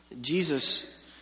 Jesus